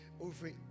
over